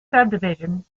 subdivision